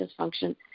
dysfunction